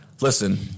listen